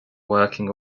working